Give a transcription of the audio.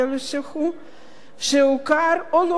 שהוכר או לא הוכר כחסיד.